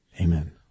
Amen